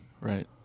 Right